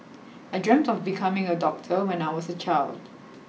I dreamt of becoming a doctor when I was a child